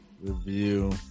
Review